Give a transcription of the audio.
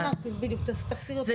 על כל הרוויזיות שלהן כמקשה אחת.